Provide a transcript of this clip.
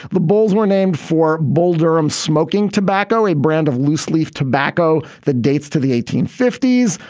the bulls were named for bull durham smoking tobacco, a brand of loose leaf tobacco that dates to the eighteen fifty s.